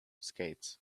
skates